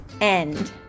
end